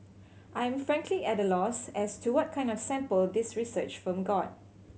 I am frankly at a loss as to what kind of sample this research firm got